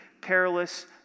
perilous